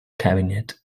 cabinet